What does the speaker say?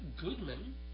Goodman